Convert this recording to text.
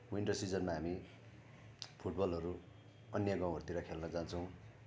winter सिजनमा हामी फुटबलहरू अन्य गाउँहरूतिर खेल्न जान्छौँ